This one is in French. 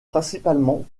principalement